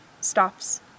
stops